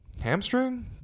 hamstring